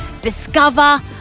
discover